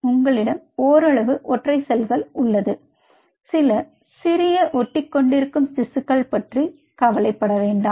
உங்களிடம் ஓரளவு ஒற்றை செல் உள்ளது சில சிறிய ஒட்டி கொண்டிருக்கும் திசுக்கள் பற்றி கவலைப்பட வேண்டாம்